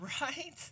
right